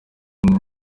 umwe